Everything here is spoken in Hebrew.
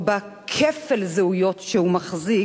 או בכפל זהויות, שהוא מחזיק,